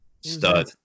stud